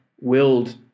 willed